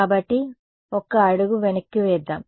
కాబట్టి ఒక్క అడుగు వెనక్కి వేద్దాం